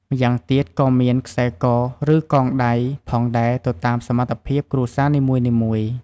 ម្យ៉ាងទៀតក៏មាន ខ្សែក ឬ កងដៃ ផងដែរទៅតាមសមត្ថភាពគ្រួសារនីមួយៗ។